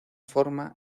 forma